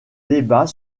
débat